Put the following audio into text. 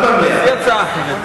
אני מציעה לוועדה.